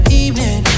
evening